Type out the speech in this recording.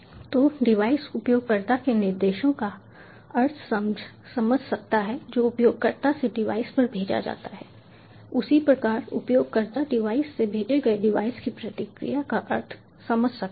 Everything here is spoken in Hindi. तो डिवाइस उपयोगकर्ता के निर्देशों का अर्थ समझ सकता है जो उपयोगकर्ता से डिवाइस पर भेजा जाता है उसी प्रकार उपयोगकर्ता डिवाइस से भेजे गए डिवाइस की प्रतिक्रिया का अर्थ समझ सकता है